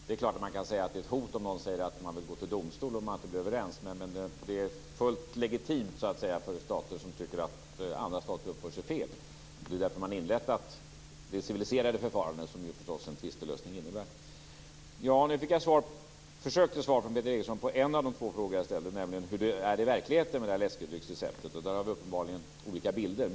Det är klart att man kan säga att det är ett hot om någon säger att man vill gå till domstol om man inte blir överens, men det är fullt legitimt för stater som tycker att andra stater uppför sig fel. Därför har man inrättat det civiliserade förfarande som en tvistelösning förstås innebär. Jag försökte få svar från Peter Eriksson, och jag fick det nu på en av de två frågor jag ställde. Den handlade om hur det är i verkligheten med det här läskedrycksreceptet. Vi har uppenbarligen olika bilder.